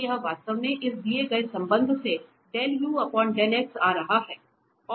तो यह वास्तव में इस दिए गए संबंध से आ रहा है